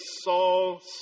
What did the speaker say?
Saul